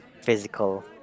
physical